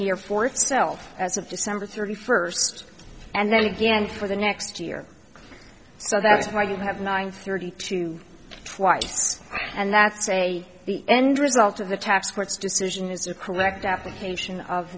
year for itself as of december thirty first and then again for the next year so that's why you have nine thirty two twice and that's a the end result of the taps court's decision is a correct application of